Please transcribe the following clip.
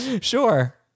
sure